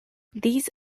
these